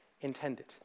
intended